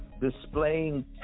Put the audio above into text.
displaying